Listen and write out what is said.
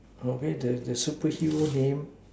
okay the the superhero name